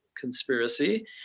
conspiracy